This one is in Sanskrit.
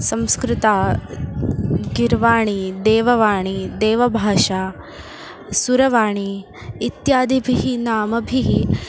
संस्कृता गिर्वाणी देववाणी देवभाषा सुरवाणी इत्यादिभिः नामभिः